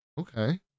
Okay